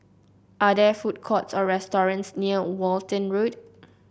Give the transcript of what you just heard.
are there food courts or restaurants near Walton Road